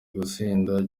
gutsinda